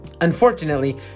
Unfortunately